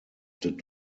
did